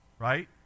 right